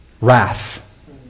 wrath